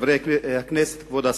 חברי הכנסת, כבוד השר,